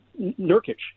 Nurkic